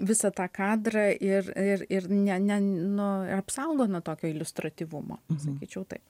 visą tą kadrą ir ir ir ne ne nu ir apsaugo nuo tokio iliustratyvumo sakyčiau taip